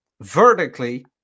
vertically